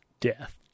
Death